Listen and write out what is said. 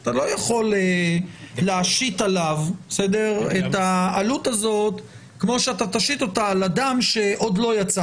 אתה לא יכול להשית עליו את העלות הזאת כמו שתשית אותה על אדם שעוד לא יצא